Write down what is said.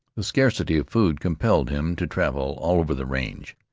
the scarcity of food compelled him to travel all over the range.